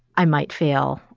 i might fail.